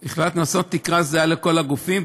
החלטנו לעשות תקרה זהה לכל הגופים,